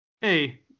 hey